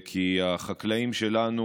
כי החקלאים שלנו,